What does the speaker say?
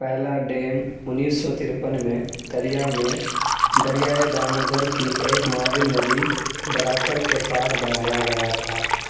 پہلا ڈیم انیس سو ترپن میں تلیا میں دریائے دامودر کی ایک معاون ندی براکر کے پار بنایا گیا تھا